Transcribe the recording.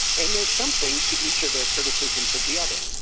and there's something to each of their criticisms of the other.